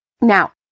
Now